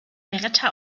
beretta